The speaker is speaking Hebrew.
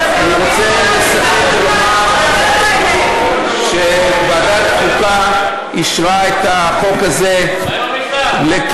אני רוצה לסכם ולומר שוועדת החוקה אישרה את החוק הזה לקריאה,